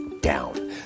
down